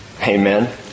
Amen